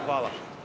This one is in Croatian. Hvala.